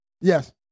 Yes